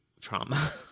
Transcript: trauma